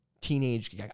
teenage